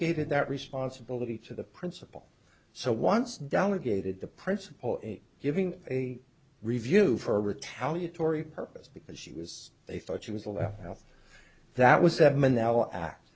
gated that responsibility to the principal so once delegated the principal giving a review for retaliatory purpose because she was they thought she was alive that was that